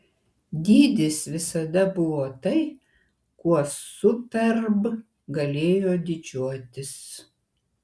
dydis visada buvo tai kuo superb galėjo didžiuotis